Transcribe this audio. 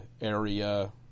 area